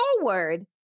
forward